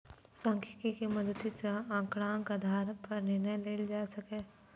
सांख्यिकी के मदति सं आंकड़ाक आधार पर निर्णय लेल जा सकैए